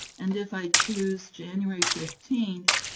and if i choose january fifteen,